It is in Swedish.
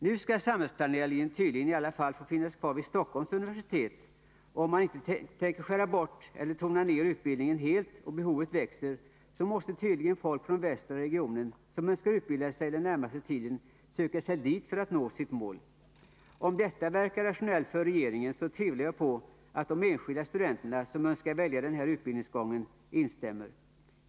Nu skall samhällsplanerarlinjen tydligen i alla fall få finnas kvar vid IT Stockholms universitet, och om man inte tänker skära bort eller tona ned utbildningen helt och behovet växer, så måste tydligen folk från västra regionen som önskar utbilda sig den närmaste tiden söka sig dit för att nå sitt mål. Om detta verkar rationellt för regeringen så tvivlar jag ändå på att de enskilda studenter som önskar välja denna utbildning instämmer.